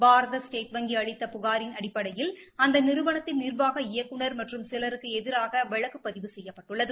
பாரத state வங்கி அளித்த புகாரின் அடிப்படையில் அந்த நிறுவனத்தின் நிர்வாக இயக்குநர் மற்றும் சிலருக்கு எதிராக வழக்கு பதிவு செய்யப்பட்டுள்ளது